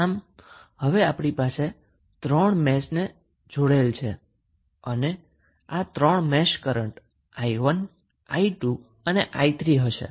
આમ અહી આપણી પાસે 3 મેશ જોડેલ છે અને આપણી પાસે ત્રણ મેશ કરન્ટ i1 i2 અને i3 હશે